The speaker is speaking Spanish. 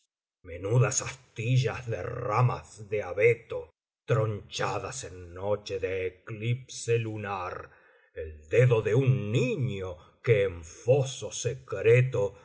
menudas astillas de ramas de abeto tronchadas en noche de eclipse lunar el dedo de un niño que en foso secreto